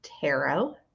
tarot